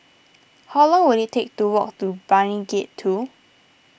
how long will it take to walk to Brani Gate two